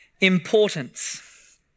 importance